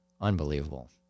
unbelievable